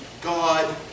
God